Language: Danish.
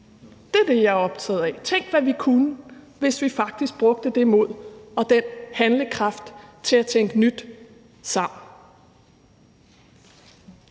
Det er det, jeg er optaget af. Tænk, hvad vi kunne, hvis vi faktisk brugte det mod og den handlekraft til at tænke nyt sammen.